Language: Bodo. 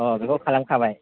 औ बिखौ खालामखाबाय